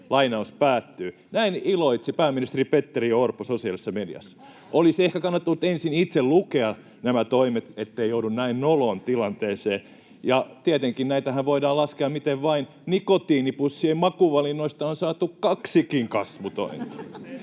kasvutointa.” Näin iloitsi pääministeri Petteri Orpo sosiaalisessa mediassa. Olisi ehkä kannattanut ensin itse lukea nämä toimet, ettei joudu näin noloon tilanteeseen. Tietenkin näitähän voidaan laskea miten vain. Nikotiinipussien makuvalinnoista on saatu kaksikin kasvutointa.